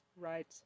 Right